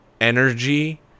energy